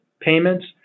payments